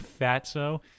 fatso